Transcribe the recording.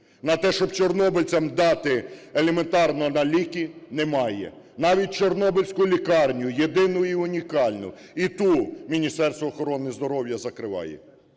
На те, щоб чорнобильцям дати елементарно на ліки, немає. Навіть чорнобильську лікарню, єдину і унікальну, і ту Міністерство охорони здоров'я закриває.